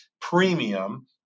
premium